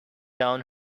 down